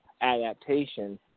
adaptation